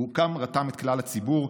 הוא רתם את כלל הציבור,